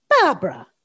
Barbara